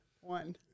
one